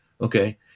okay